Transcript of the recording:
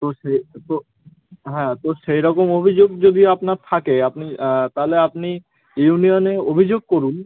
তো সে তো হ্যাঁ তো সেই রকম অভিযোগ যদি আপনার থাকে আপনি তাহলে আপনি ইউনিয়নে অভিযোগ করুন